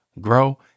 grow